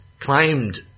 claimed